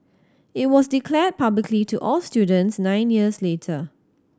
it was declared publicly to all students nine years later